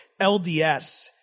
lds